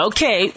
Okay